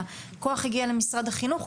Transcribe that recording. הכוח הגיע למשרד החינוך,